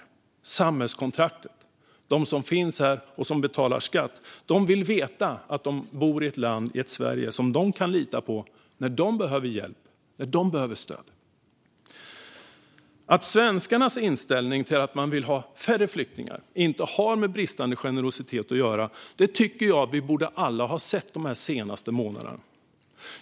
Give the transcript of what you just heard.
Det handlar om samhällskontraktet: De som finns här och betalar skatt vill veta att de bor i ett Sverige som de kan lita på när de behöver hjälp och stöd. Att svenskarnas inställning att man vill ha färre flyktingar inte har med bristande generositet att göra tycker jag att vi alla borde ha sett de senaste månaderna.